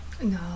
No